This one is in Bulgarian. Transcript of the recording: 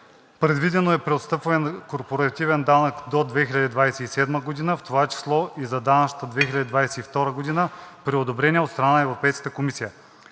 Предвидено е преотстъпване на корпоративен данък до 2027 г., в това число и за данъчната 2022 г., при одобрение от страна на Европейската комисия.